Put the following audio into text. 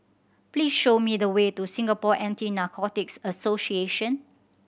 please show me the way to Singapore Anti Narcotics Association